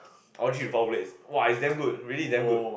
ordered three to four plates !wah! it's damn good really it's damn good